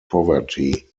poverty